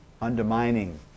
undermining